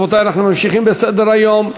רבותי, אנחנו ממשיכים בסדר-היום: